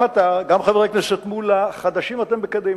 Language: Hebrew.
גם אתה, גם חבר הכנסת מולה, חדשים אתם בקדימה.